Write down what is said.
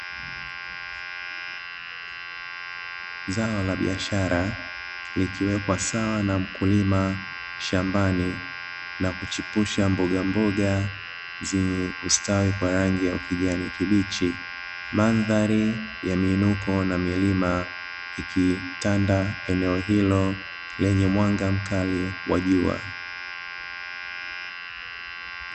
Zao la biashara likiwekwa sawa na mkulima shambani na kuchipusha mbogamboga zenye kustawi kwa rangi ya kijani kibichi, Mandhari ya miinuko na milima ikitanda eneo hilo lenye mwanga mkali wa jua.